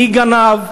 מי גנב?